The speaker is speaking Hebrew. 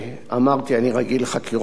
אני רגיל לחקירות נגדיות,